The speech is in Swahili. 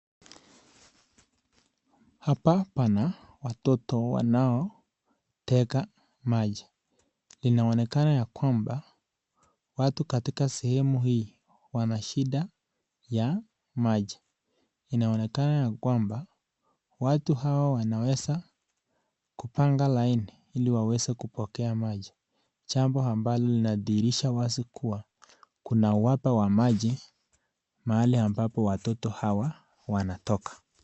Hapa pana watoto wanaotega maji. Linaonekana ya kwamba watu katika sehemu hii wana shida ya maji. Inaonekana ya kwamba watu hawa wanaweza kupanga laini ili waweze kupokea maji. Jambo ambalo linadhihirisha wazi kuwa kuna uhaba wa maji mahali ambapo watoto hawa wanatoa.